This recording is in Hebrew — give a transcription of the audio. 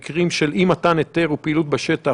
במקרים של אי מתן היתר ופעילות בשטח,